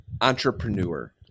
Entrepreneur